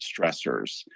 stressors